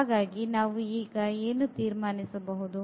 ಹಾಗಾಗಿ ನಾವು ಈಗ ಏನು ತೀರ್ಮಾನಿಸಬಹುದು